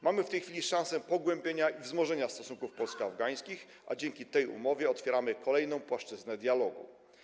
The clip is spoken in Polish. Mamy w tej chwili szansę pogłębienia i wzmożenia stosunków polsko-afgańskich, a dzięki tej umowie otwieramy kolejną płaszczyznę dialogu.